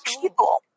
people